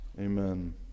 Amen